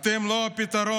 אתם לא הפתרון,